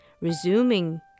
resuming